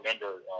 remember